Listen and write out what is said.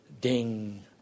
ding